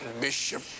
Bishop